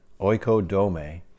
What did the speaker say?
oikodome